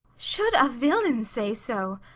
should a villain say so,